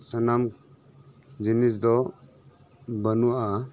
ᱥᱟᱱᱟᱢ ᱡᱤᱱᱤᱥ ᱫᱚ ᱵᱟᱱᱩᱜᱼᱟ